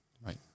right